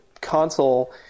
console